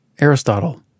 Aristotle